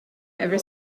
ever